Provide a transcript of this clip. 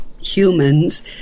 humans